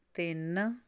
ਤਿੰਨ